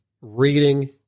reading